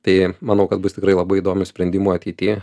tai manau kad bus tikrai labai įdomių sprendimų ateityje